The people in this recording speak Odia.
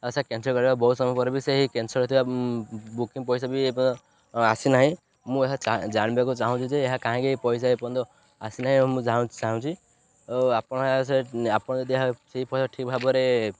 ଆଉ ସାର୍ କ୍ୟାନ୍ସଲ୍ କରିବା ବହୁତ ସମୟ ପରେ ବି ସେଇ କ୍ୟାନ୍ସଲ୍ ଥିବା ବୁକିଂ ପଇସା ବି ଏ ଯାଏଁ ଆସିନାହିଁ ମୁଁ ଏହା ଜାଣିବାକୁ ଚାହୁଁଛି ଯେ ଏହା କାହିଁକି ଏ ପଇସା ଏପର୍ଯ୍ୟନ୍ତ ଆସି ନାହିଁ ମୁଁ ଚାହୁଁଛି ଆଉ ଆପଣ ଏହା ସେ ଆପଣ ଯଦି ସେଇ ପଇସା ଠିକ୍ ଭାବରେ